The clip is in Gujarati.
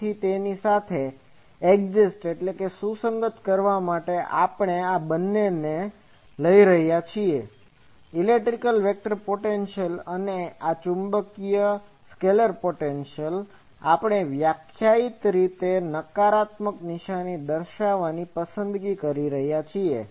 તેથી તેની સાથે એડજસ્ટAdjustસુસંગત કરવા માટે આપણે આ બંનેને લઈ રહ્યા છીએ ઇલેક્ટ્રિક વેક્ટર પોટેન્શિઅલ અને આ ચુંબકીય સ્કેલર પોટેન્શિઅલ આપણે વ્યાખ્યાયિત રીતે નકારાત્મક નિશાની દર્શાવવાની પસંદગી કરી રહ્યા છીએ